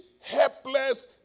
helpless